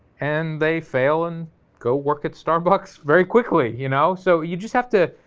and they fail and go work at starbucks very quickly you know. so you just have to,